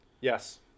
Yes